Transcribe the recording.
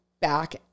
back